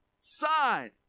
sign